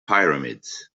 pyramids